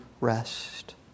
rest